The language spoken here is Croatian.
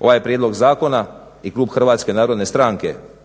ovaj prijedlog zakona i klub HNS-a će glasati